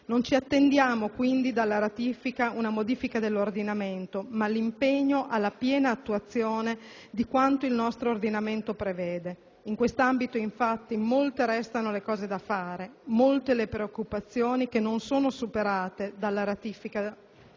Non ci attendiamo, quindi, dalla ratifica una modifica dell'ordinamento, ma l'impegno alla piena attuazione di quanto il nostro ordinamento prevede. In quest'ambito, infatti, restano molte cose da fare e permangono molte preoccupazioni, non superate dal disegno